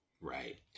Right